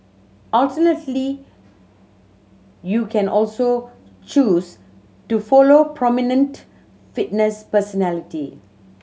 alternatively you can also choose to follow prominent fitness personality